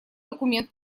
документ